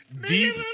deep